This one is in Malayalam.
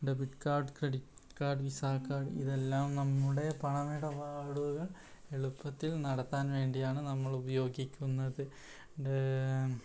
debit card credit card Visa card ഇതെല്ലാം നമ്മുടെ പണമിടപാടുകൾ എളുപ്പത്തിൽ നടത്താൻ വേണ്ടിയാണ് നമ്മളുപയോഗിക്കുന്നത്